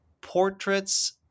portraits